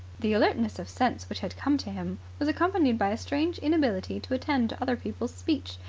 the alertness of sense which had come to him was accompanied by a strange inability to attend to other people's speech.